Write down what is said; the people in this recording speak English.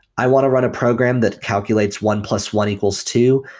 i want to run a program that calculates one plus one equals two.